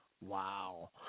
Wow